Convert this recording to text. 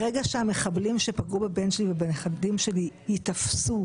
ברגע שהמחבלים שפגעו בבן שלי ובנכדים שלי ייתפסו,